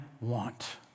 want